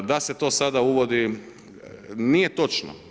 Da se to sada uvodi, nije točno.